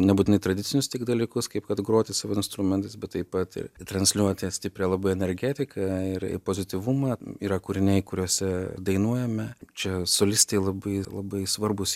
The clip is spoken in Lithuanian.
nebūtinai tradicinius tik dalykus kaip kad groti savo instrumentais bet taip pat ir transliuoti stiprią labai energetiką ir pozityvumą yra kūriniai kuriuose dainuojame čia solistai labai labai svarbūs